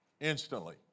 instantly